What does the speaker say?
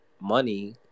money